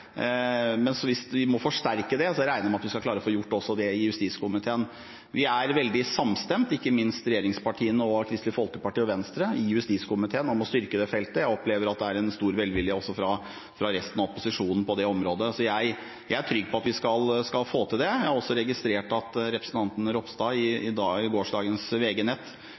men jeg er ansvarlig for det vi eventuelt får til på justisfeltet i justiskomiteen, i godt samarbeid også med Kristelig Folkeparti. Hvis det ikke er noe bra fra regjeringen på onsdag – jeg håper selvfølgelig at det er det – og vi må forsterke det, regner jeg med at vi skal klare å få gjort også det i justiskomiteen. Vi er veldig samstemte, ikke minst regjeringspartiene og Kristelig Folkeparti og Venstre i justiskomiteen, om å styrke det feltet. Jeg opplever at det er en stor velvilje også fra resten av opposisjonen på det området.